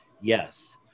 Yes